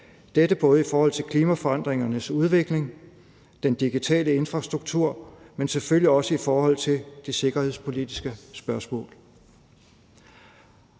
gælder både i forhold til klimaforandringernes udvikling og den digitale infrastruktur, men selvfølgelig også i forhold til det sikkerhedspolitiske spørgsmål.